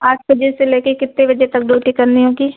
आठ बजे से लेकर कितने बजे तक ड्यूटी करनी होगी